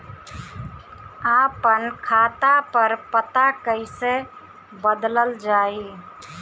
आपन खाता पर पता कईसे बदलल जाई?